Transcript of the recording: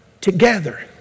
together